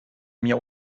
mir